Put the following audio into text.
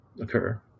occur